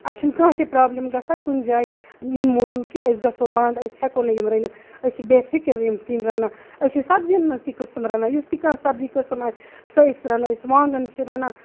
اَسہِ چھُنہٕ کانہہ تہِ پروبلِم گژھان کُنہِ جایہِ ییٚمہِ موٗجوٗب کہِ أسۍ گژھو بَند أسۍ ہٮ۪کو نہٕ یہِ رٔنِتھ أسۍ چھِ بے فِکر یِم سِنۍ رَنان بیٚیہِ چھِ سَبزین منٛز تہِ قٔسٕم رَنان یُس تہِ کانہہ سَبزی قسم سُہ أسۍ رَنو أسۍ وانگن